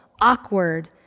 awkward